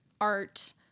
art